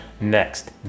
next